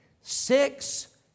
six